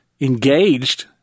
engaged